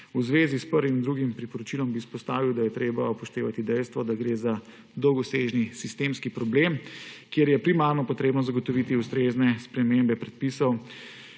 V zvezi s prvim in drugim priporočilom bi izpostavil, da je treba upoštevati dejstvo, da gre za dolgosežni sistemski problem, kjer je treba primarno zagotoviti ustrezne spremembe predpisov